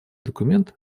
документ